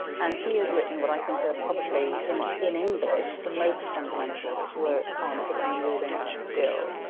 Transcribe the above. and he has written what i think ah probably in in english the most fundamental work on pricking and rulings still.